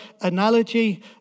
analogy